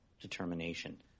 determination